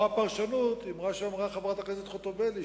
או הפרשנות היא מה שאמרה חברת הכנסת חוטובלי,